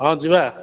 ହଁ ଯିବା